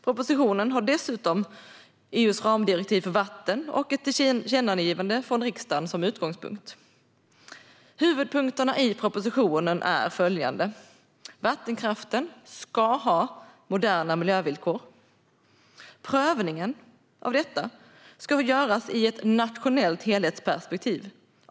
Propositionen har dessutom EU:s ramdirektiv för vatten och ett tillkännagivande från riksdagen som utgångspunkt. Huvudpunkterna i propositionen är följande: Vattenkraften ska ha moderna miljövillkor. Prövningen av detta ska göras i ett nationellt helhetsperspektiv.